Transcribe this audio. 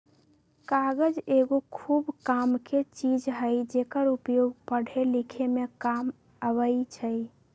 कागज एगो खूब कामके चीज हइ जेकर उपयोग पढ़े लिखे में काम अबइ छइ